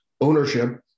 ownership